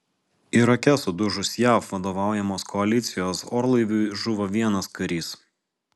irake sudužus jav vadovaujamos koalicijos orlaiviui žuvo vienas karys